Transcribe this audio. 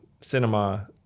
cinema